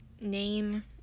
name